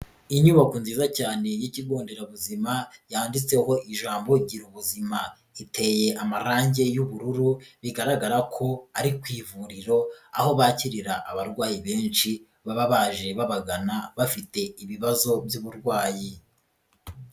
Inyubako nziza cyane y'ikigo nderabuzima, yanditseho ijambo girubuzima. Iteye amarangi y'ubururu, bigaragara ko ari ku ivuriro, aho bakirira abarwayi benshi, baba baje babagana, bafite ibibazo by'uburwayi.